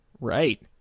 Right